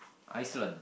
Iceland